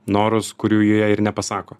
norus kurių jie ir nepasako